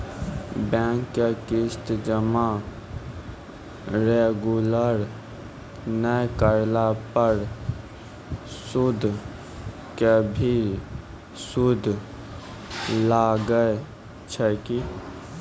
Bank के किस्त जमा रेगुलर नै करला पर सुद के भी सुद लागै छै कि?